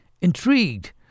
Intrigued